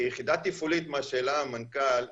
כיחידה תפעולית, מה שהעלה המנכ"ל,